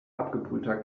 abgebrühter